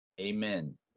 Amen